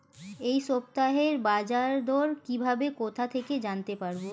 এই সপ্তাহের বাজারদর কিভাবে কোথা থেকে জানতে পারবো?